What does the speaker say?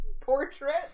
portrait